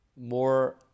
More